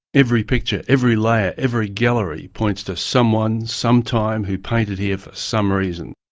every picture, every layer, every gallery points to someone, sometime who painted here for some reason.